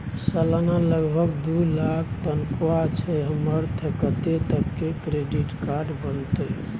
सलाना लगभग दू लाख तनख्वाह छै हमर त कत्ते तक के क्रेडिट कार्ड बनतै?